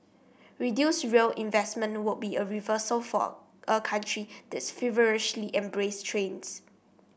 reduced rail investment would be a reversal for a country that's feverishly embraced trains